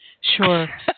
Sure